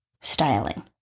styling